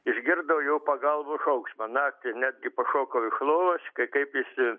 išgirdau jo pagalbos šauksmą naktį netgi pašokau iš lovos kai kreipėsi